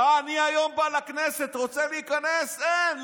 אני היום בא לכנסת, רוצה להיכנס אין.